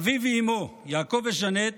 אביו ואימו יעקב וז'נט